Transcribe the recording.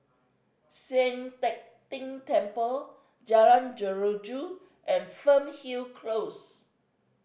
Sian Teck Tng Temple Jalan Jeruju and Fernhill Close